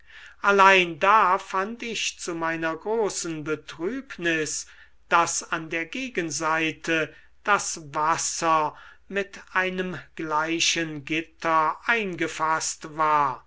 allein da fand ich zu meiner großen betrübnis daß an der gegenseite das wasser mit einem gleichen gitter eingefaßt war